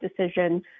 decision